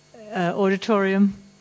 auditorium